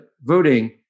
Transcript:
voting